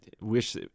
wish